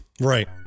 Right